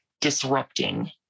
disrupting